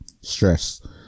Stress